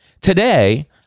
Today